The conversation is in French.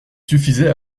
suffisait